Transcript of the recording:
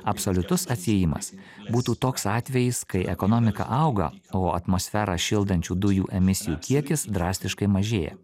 absoliutus atsiejimas būtų toks atvejis kai ekonomika auga o atmosferą šildančių dujų emisijų kiekis drastiškai mažėja